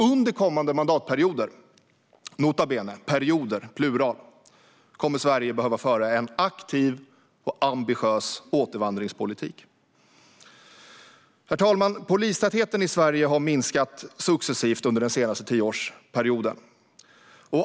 Under kommande mandatperioder - nota bene, perioder i plural - kommer Sverige att behöva föra en aktiv och ambitiös återvandringspolitik. Herr talman! Polistätheten i Sverige har minskat successivt under den senaste tioårsperioden.